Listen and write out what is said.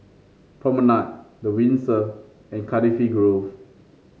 Promenade The Windsor and Cardifi Grove